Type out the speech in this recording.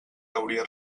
teoria